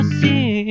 see